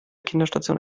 kinderstation